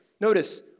notice